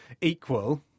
equal